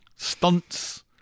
Stunts